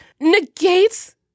negates